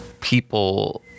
People